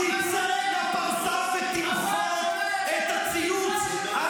תצא לפרסה ותמחק את הציוץ.